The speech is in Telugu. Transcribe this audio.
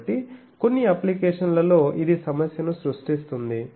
కాబట్టి కొన్ని అప్లికేషన్ల లో ఇది సమస్యను సృష్టిస్తుంది